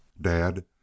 Dad